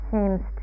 seems